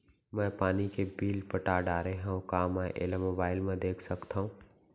मैं पानी के बिल पटा डारे हव का मैं एला मोबाइल म देख सकथव?